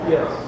Yes